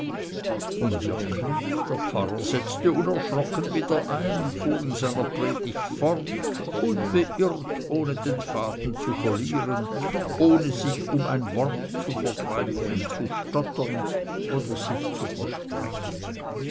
und wirklich der pfarrer setzte unerschrocken wieder ein und fuhr in seiner predigt fort unbeirrt ohne den faden zu verlieren ohne sich um ein wort zu vergreifen zu stottern oder sich zu versprechen